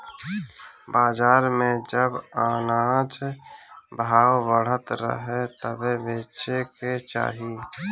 बाजार में जब अनाज भाव चढ़ल रहे तबे बेचे के चाही